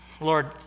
Lord